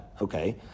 Okay